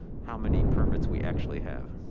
how many permits we actually have?